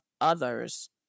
others